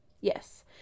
Yes